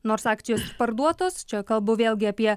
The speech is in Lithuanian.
nors akcijos parduotos čia kalbu vėlgi apie